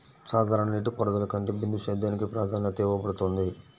సాధారణ నీటిపారుదల కంటే బిందు సేద్యానికి ప్రాధాన్యత ఇవ్వబడుతుంది